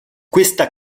questa